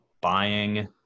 buying